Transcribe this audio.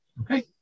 Okay